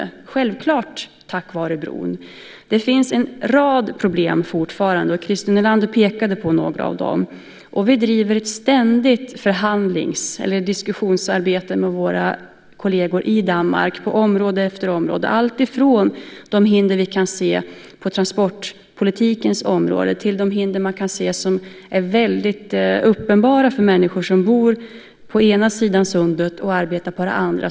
Det har självklart skett tack vare bron. Det finns fortfarande en rad problem. Christer Nylander pekade på några av dem. Vi driver ett ständigt diskussionsarbete med våra kolleger i Danmark på område efter område. Det gäller alltifrån de hinder vi kan se på transportpolitikens område till de hinder vi kan se som är väldigt uppenbara för människor som bor på ena sidan sundet och arbetar på den andra.